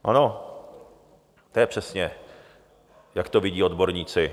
Ono to je přesně, jak to vidí odborníci.